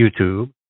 YouTube